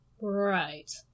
Right